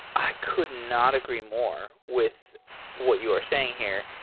i could not agree more with what you are saying here.